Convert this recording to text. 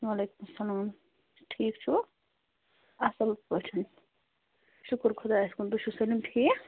وعلیکُم السلام ٹھیٖک چھِوٕ اصٕل پٲٹھۍ شُکُر خۄدایس کُن تُہۍ چھو سٲلِم ٹھیٖک